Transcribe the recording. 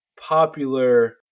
popular